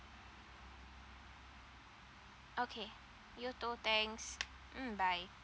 okay you too thanks mm bye